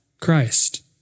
Christ